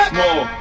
more